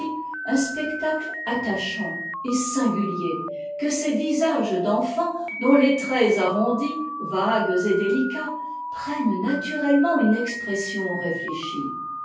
un spectacle attachant et singulier que ces visages d'enfants dont les traits arrondis vagues et déficats prennent naturellement une expression réuéehie